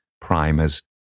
primers